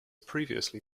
previously